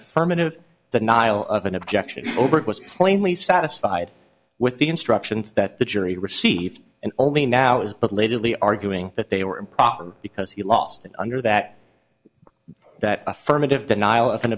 affirmative the nihil of an objection over it was plainly satisfied with the instructions that the jury received and only now is but lately arguing that they were improper because he lost it under that that affirmative denial of an